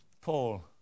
Paul